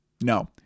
no